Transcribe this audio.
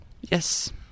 Yes